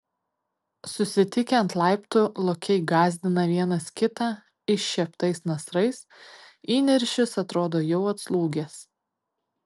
susitikę ant laiptų lokiai gąsdina vienas kitą iššieptais nasrais įniršis atrodo jau atslūgęs